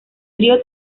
trío